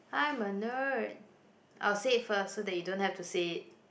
I'm a nerd I'll say it first so that you don't have to say it